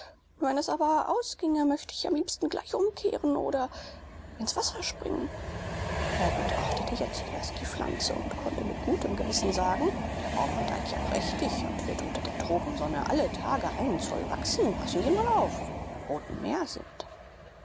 wenn es aber ausginge möchte ich am liebsten gleich umkehren oder ins wasser springen er betrachtete jetzt erst die pflanze und konnte mit gutem gewissen sagen der baum gedeiht ja prächtig und wird unter der tropensonne alle tage einen zoll wachsen passen sie mal auf wenn wir im roten meer sind